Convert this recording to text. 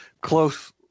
close